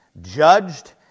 judged